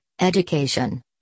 Education